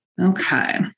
Okay